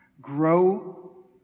Grow